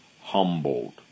humbled